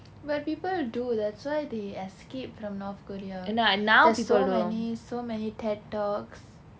but people do that's why they escape from north korea there's so many ted talks